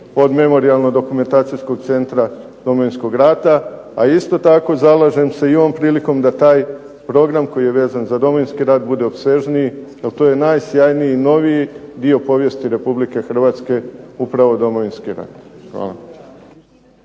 od Memorijalno-dokumentacijskog centra Domovinskog rata. A isto tako zalažem se i ovom prilikom da taj program koji je vezan za Domovinski rat bude opsežnije, jer to je najsjajniji, noviji dio povijesti Republike Hrvatske upravo Domovinski rat. Hvala.